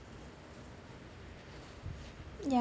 yeah